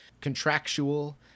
contractual